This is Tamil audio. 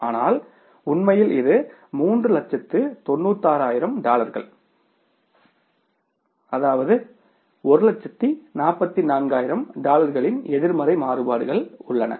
ஆனால் உண்மையில் இது 396000 டாலர்கள் அதாவது 144000 டாலர்களின் எதிர்மறை மாறுபாடுகள் உள்ளன